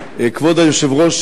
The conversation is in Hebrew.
כבוד היושב-ראש